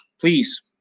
Please